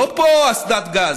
לא פה אסדת גז,